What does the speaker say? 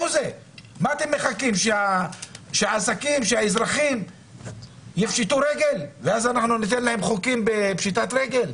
האם אתם מחכים שהאזרחים יפשטו רגל ואז אנחנו ניתן להם חוקים בפשיטת רגל?